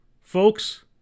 Folks